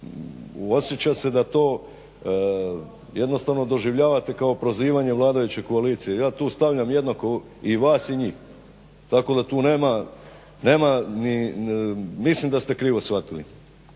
osjeća se da to jednostavno doživljavate kao prozivanje vladajuće koalicije. Ja tu stavljam jednako i vas i njih tako da tu nema ni, mislim da ste krivo shvatili.